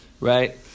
right